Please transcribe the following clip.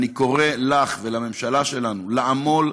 אני קורא לך ולממשלה שלנו לעמול,